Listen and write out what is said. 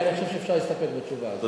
אני חושב שאפשר להסתפק בתשובה הזאת.